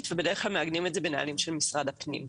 ובדרך כלל מעגנים את זה בנהלים של משרד הפנים.